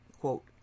quote